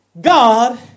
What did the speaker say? God